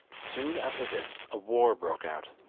soon after this a war broke out,